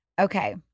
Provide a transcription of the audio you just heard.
Okay